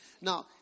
Now